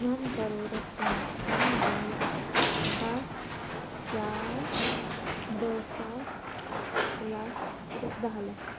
وَن کَرورَس تام تِم گٔے ہتھ ساس دَہہ ساس لَچھ دَہہ لَچھ